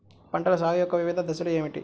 పంటల సాగు యొక్క వివిధ దశలు ఏమిటి?